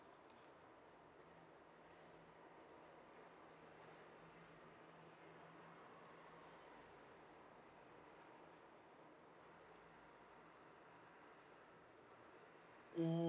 mm